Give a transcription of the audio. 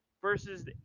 Versus